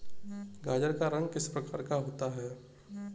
गाजर का रंग किस प्रकार का होता है?